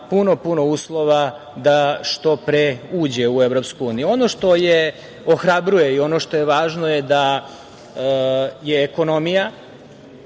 puno, puno uslova, da što pre uđe u EU.Ono što ohrabruje i ono što je važno, je da je ekonomija,